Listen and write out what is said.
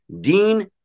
Dean